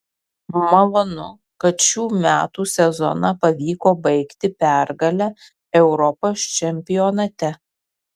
malonu kad šių metų sezoną pavyko baigti pergale europos čempionate